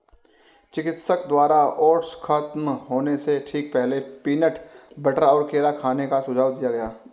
चिकित्सक द्वारा ओट्स खत्म होने से ठीक पहले, पीनट बटर और केला खाने का सुझाव दिया गया